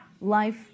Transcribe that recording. Life